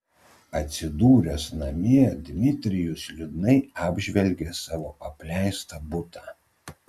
atsidūręs namie dmitrijus liūdnai apžvelgė savo apleistą butą